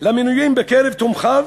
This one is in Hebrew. למינויים בקרב תומכיו.